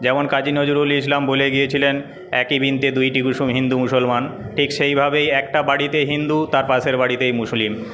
যেমন কাজী নজরুল ইসলাম বলে গিয়েছিলেন একই বৃন্তে দুইটি কুসুম হিন্দু মুসলমান ঠিক সেইভাবেই একটা বাড়িতে হিন্দু তার পাশের বাড়িতেই মুসলিম